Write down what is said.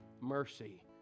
mercy